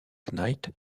knight